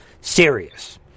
serious